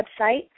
website